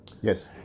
Yes